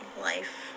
life